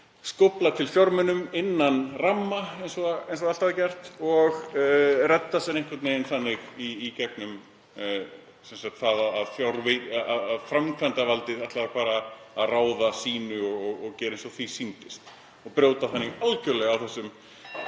skófla til fjármunum innan ramma, eins og alltaf er gert, og redda sér einhvern veginn þannig í gegnum það (Forseti hringir.) að framkvæmdarvaldið ætlaði bara að ráða og gera eins og því sýndist og brjóta þannig algjörlega (Forseti